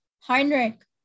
Heinrich